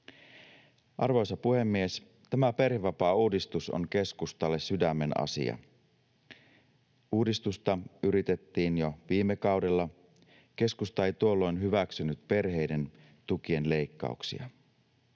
Arvoisa puhemies! Tämä perhevapaauudistus on keskustalle sydämenasia. Uudistusta yritettiin jo viime kaudella. Keskusta ei tuolloin hyväksynyt perheiden tukien leikkauksia.